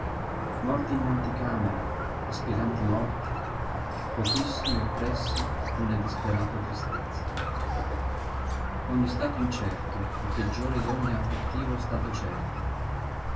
morti in anticamera aspiranti morti pochissimi e oppressi d'una disperata tristezza ogni stato incerto è peggiore d'ogni cattivo stato certo